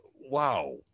wow